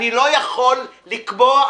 אני לא יכול לקבוע,